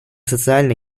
социально